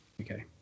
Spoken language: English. Okay